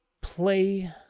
play